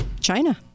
China